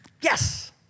yes